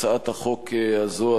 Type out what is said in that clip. הצעת החוק הזאת,